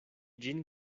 ĝin